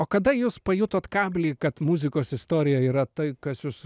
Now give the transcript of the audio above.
o kada jūs pajutot kablį kad muzikos istorijoj yra tai kas jus